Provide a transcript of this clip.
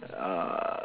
uh